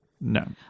No